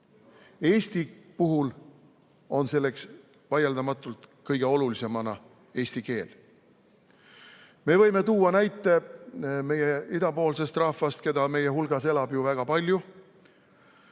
Eesti puhul on selleks vaieldamatult kõige olulisem eesti keel. Me võime tuua näite idapoolse rahva kohta, keda meie hulgas elab ju väga palju,